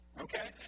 Okay